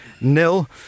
nil